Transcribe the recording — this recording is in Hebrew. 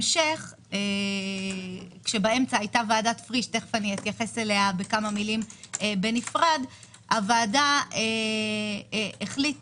באמצע היתה ועדת פריש ובהמשך הוועדה החליטה